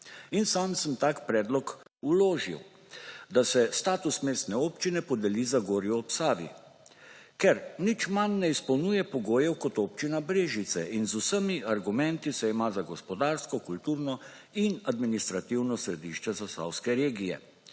In sam sem tak predlog vložil, da se status mestne občine podeli Zagorju ob Savi, ker nič manj ne izpolnjuje pogojev, kot Občina Brežice in z vsemi argumenti se ima za gospodarsko, kulturno in administrativno središče Zasavske regije,